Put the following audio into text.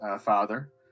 father